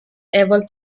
able